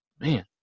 Man